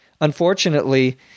Unfortunately